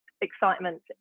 excitement